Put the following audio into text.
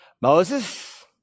Moses